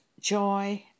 joy